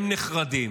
והם נחרדים.